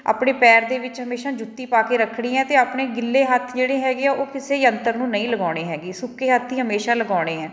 ਆਪਣੇ ਪੈਰ ਦੇ ਵਿੱਚ ਹਮੇਸ਼ਾ ਜੁੱਤੀ ਪਾ ਕੇ ਰੱਖਣੀ ਹੈ ਅਤੇ ਆਪਣੇ ਗਿੱਲੇ ਹੱਥ ਜਿਹੜੇ ਹੈਗੇ ਆ ਉਹ ਕਿਸੇ ਯੰਤਰ ਨੂੰ ਨਹੀਂ ਲਗਾਉਣੇ ਹੈਗੇ ਸੁੱਕੇ ਹੱਥ ਹੀ ਹਮੇਸ਼ਾ ਲਗਾਉਣੇ ਹੈ